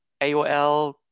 AOL